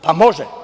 Pa, može.